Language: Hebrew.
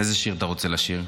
איזה שיר אתה רוצה לשיר?